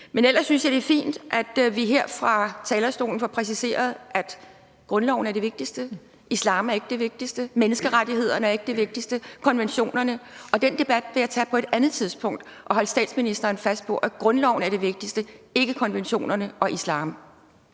Men ellers synes jeg, det er fint, at vi her fra talerstolen får præciseret, at grundloven er det vigtigste; islam er ikke det vigtigste, menneskerettighederne og konventionerne er ikke det vigtigste. Og den debat vil jeg tage på et andet tidspunkt og holde statsministeren fast på, at grundloven er det vigtigste, ikke konventionerne og islam.